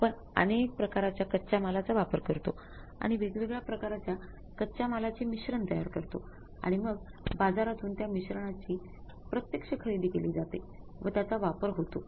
आपण अनेक प्रकारच्या कच्च्या मालाचा वापर करतो आणि वेगवेगळ्या प्रकारच्या कच्च्या मालाचे मिश्रण तयार करतो आणि मग बाजारातून त्या मिश्रणाची प्रत्यक्ष खरेदी केली जाते व त्याचा वापर होतो